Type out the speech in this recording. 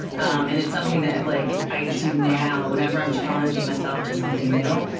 um and it's something that like i do now whenever i'm challenging myself to something new,